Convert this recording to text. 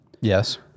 yes